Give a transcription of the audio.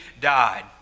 died